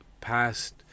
past